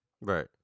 right